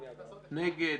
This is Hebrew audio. מי נגד?